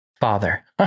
Father